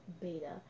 beta